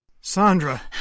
Sandra